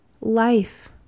life